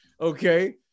Okay